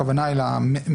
הכוונה אל המסר,